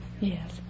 Yes